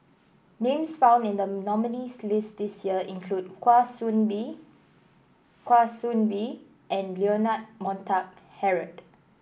names found in the nominees' list this year include Kwa Soon Bee Kwa Soon Bee and Leonard Montague Harrod